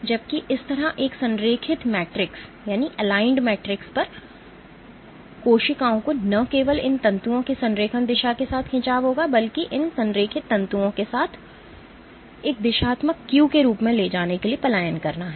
जबकि इस तरह एक संरेखित मैट्रिक्स पर कि कोशिकाओं को न केवल इन तंतुओं के संरेखण दिशा के साथ खिंचाव होगा बल्कि इन संरेखित तंतुओं के साथ एक दिशात्मक क्यू के रूप में ले जाने के लिए पलायन करना है